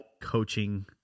coaching